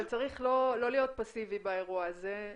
אבל צריך לא להיות פסיבי באירוע הזה,